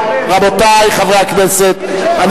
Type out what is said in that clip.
רבותי חברי הכנסת,